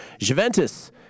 Juventus